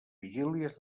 vigílies